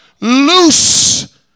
Loose